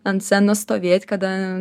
ant scenos stovėt kada